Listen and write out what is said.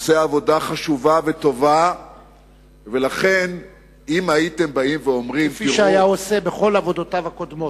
עושה עבודה חשובה וטובה כפי שהיה עושה בכל עבודותיו הקודמות.